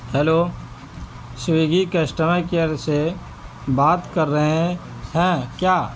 hello Swiggy customer care سے بات کر رہے ہیں کیا